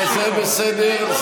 זה בסדר.